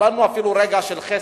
קיבלנו אפילו רגע של חסד,